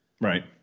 Right